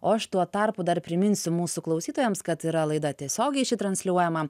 o aš tuo tarpu dar priminsiu mūsų klausytojams kad yra laida tiesiogiai ši transliuojama